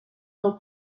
del